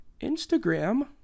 Instagram